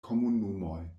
komunumoj